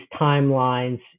timelines